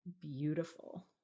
beautiful